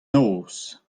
noz